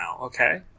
okay